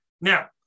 Now